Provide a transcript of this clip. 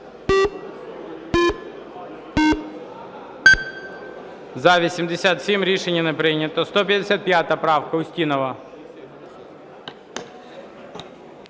104, рішення не прийнято. 88 правка, Устінова.